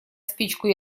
спичку